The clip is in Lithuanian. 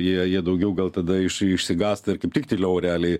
jie jie daugiau gal tada iš išsigąsta ir kaip tik tyliau realiai